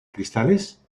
cristales